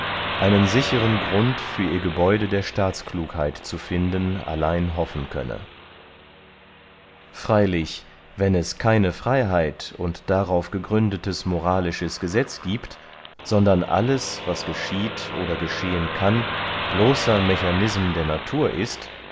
einen sicheren grund für ihr gebäude der staatsklugheit zu finden allein hoffen könne freylich wenn es keine freyheit und darauf gegründetes moralisches gesetz giebt sondern alles was geschieht oder geschehen kann bloßer mechanism der natur ist